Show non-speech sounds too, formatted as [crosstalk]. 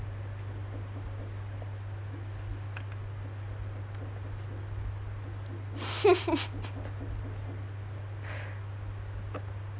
[laughs]